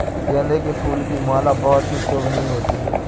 गेंदे के फूल की माला बहुत ही शोभनीय होती है